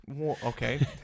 Okay